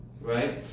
Right